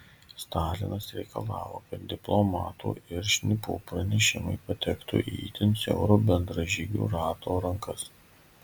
stalinas reikalavo kad diplomatų ir šnipų pranešimai patektų į itin siauro bendražygių rato rankas